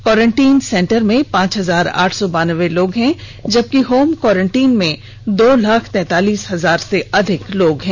quarantine centre में पांच हजार आठ सौ बानवे लोग हैं जबकि होम क्वारेन्टाइन में दो लाख तैंतालीस हजार से अधिक लोग हैं